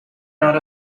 not